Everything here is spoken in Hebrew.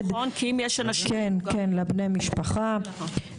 איך מטפחים יחסי עבודה טובים,